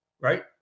Right